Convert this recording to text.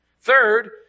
Third